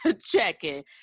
checking